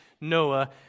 Noah